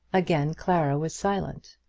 again clara was silent,